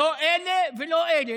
לא אלה ולא אלה.